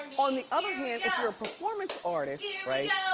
on the other hand, if you're a performance artist, right,